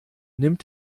nimmt